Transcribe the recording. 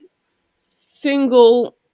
single